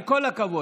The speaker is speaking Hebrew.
עם כל הכבוד,